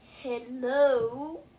Hello